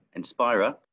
Inspira